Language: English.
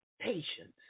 patience